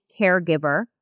caregiver